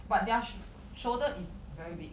but their sh~ shoulder is very big